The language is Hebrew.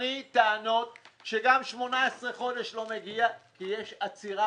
לשולחני טענות שגם 18 חודשים לא מתאפשרים כי יש עצירה